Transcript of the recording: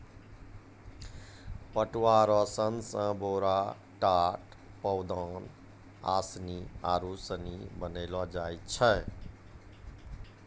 पटुआ रो सन से बोरा, टाट, पौदान, आसनी आरु सनी बनैलो जाय छै